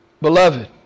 Beloved